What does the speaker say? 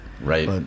right